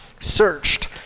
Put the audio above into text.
searched